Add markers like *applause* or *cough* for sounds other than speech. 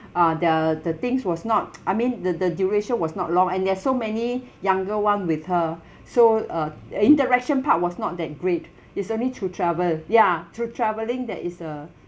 ah the the things was not *noise* I mean the the duration was not long and there are so many *breath* younger [one] with her *breath* so uh interaction part was not that great it's only through travel ya through travelling that is a